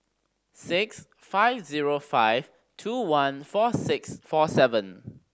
six five zero five two one four six four seven